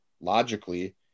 logically